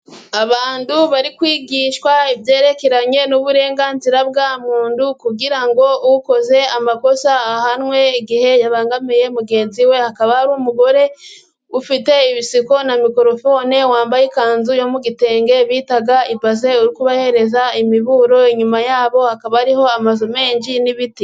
Abantu bari kwigishwa ibyerekeranye n'uburenganzira bwa muntu, kugira ngo ukoze amakosa ahanwe igihe yabangamiye mugenzi we, hakaba hari umugore ufite ibisigo na mikoro fone, wambaye ikanzu yo mu gitenge bita ibaze uri kubahereza imiburo, inyuma yabo hakaba hariho amazu n'ibiti.